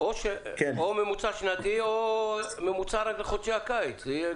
או ממוצע של עבודה בחודשי הקיץ בלבד.